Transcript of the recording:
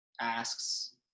asks